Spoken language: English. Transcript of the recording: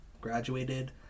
graduated